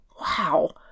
wow